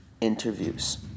interviews